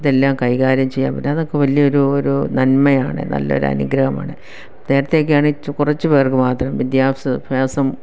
ഇതെല്ലാം കൈകാര്യം ചെയ്യാൻ പറ്റും അതൊക്കെ വലിയൊരു ഒരു നന്മയാണ് നല്ലൊരു അനുഗ്രഹമാണ് നേരത്തേയൊക്കെ ആണേൽ വളരെ കൊറച്ച് പേർക്ക് മാത്രം വിദ്യാഭ്യാസം